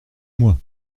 moi